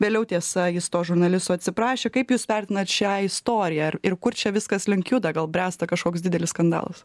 vėliau tiesa jis to žurnalisto atsiprašė kaip jūs vertinat šią istoriją ir kur čia viskas link juda gal bręsta kažkoks didelis skandalas